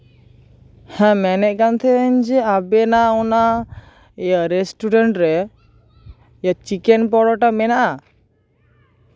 ᱦᱮᱸ ᱢᱮᱱᱮᱫ ᱛᱟᱦᱮᱜ ᱟᱹᱧ ᱡᱮ ᱟᱵᱮᱱᱟᱜ ᱚᱱᱟ ᱤᱭᱟᱹ ᱨᱮᱥᱴᱩᱨᱮᱱᱴ ᱨᱮ ᱤᱭᱟᱹ ᱪᱤᱠᱮᱱ ᱯᱚᱨᱚᱴᱟ ᱢᱮᱱᱟᱜᱼᱟ